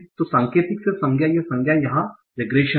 तो सांकेतिक से संज्ञा या संज्ञा यहाँ रिग्रेशन है